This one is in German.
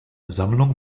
sammlung